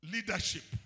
Leadership